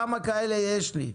כמה כאלה יש לי?